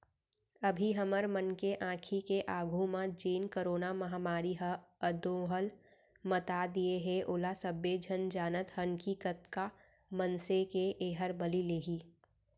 अभी हमर मन के आंखी के आघू म जेन करोना महामारी ह अंदोहल मता दिये हे ओला सबे झन जानत हन कि कतका मनसे के एहर बली लेही